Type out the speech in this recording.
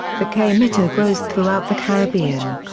the caimito grows throughout the caribbean.